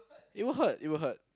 it will hurt it will hurt